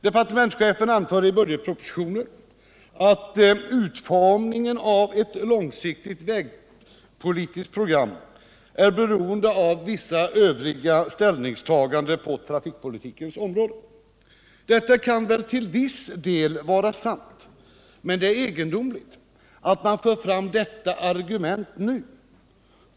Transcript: Departementschefen anför i budgetpropositionen att utformningen av ett långsiktigt vägpolitiskt program är beroende av vissa övriga ställningstaganden på trafikpolitikens område. Detta kan väl till viss del vara sant, men det är egendomligt att man för fram detta argument nu.